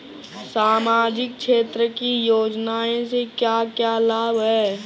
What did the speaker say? सामाजिक क्षेत्र की योजनाएं से क्या क्या लाभ है?